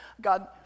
God